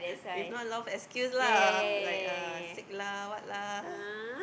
if not a lot of excuse lah like uh sick lah what lah